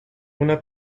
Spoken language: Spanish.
una